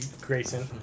Grayson